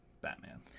Batman